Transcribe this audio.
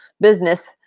business